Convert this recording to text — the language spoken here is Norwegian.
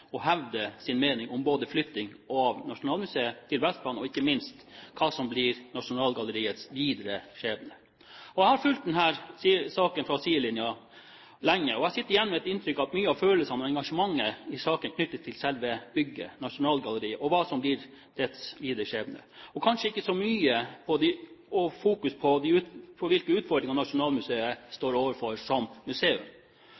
og hevde sin mening om både flytting av Nasjonalmuseet til Vestbanen og, ikke minst, hva som blir Nasjonalgalleriets videre skjebne. Jeg har fulgt denne saken fra sidelinjen lenge, og jeg sitter igjen med et inntrykk av at mye av følelsene og engasjementet i denne saken knyttes til selve bygget Nasjonalgalleriet, og hva som blir dets videre skjebne, og kanskje ikke så mye fokus på